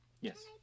Yes